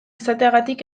izateagatik